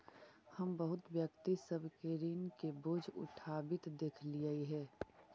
हम बहुत व्यक्ति सब के ऋण के बोझ उठाबित देखलियई हे